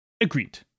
Agreed